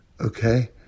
Okay